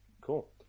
Cool